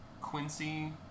Quincy